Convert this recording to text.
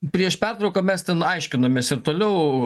prieš pertrauką mes ten aiškinomės ir toliau